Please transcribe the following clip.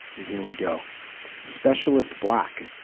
and here we go specialist black